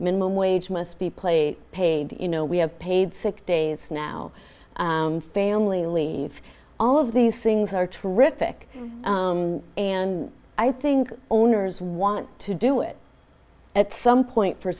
minimum wage must be plate paid you know we have paid sick days now family leave all of these things are true rick and i think owners want to do it at some point for